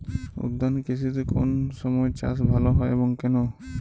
উদ্যান কৃষিতে কোন সময় চাষ ভালো হয় এবং কেনো?